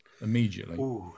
immediately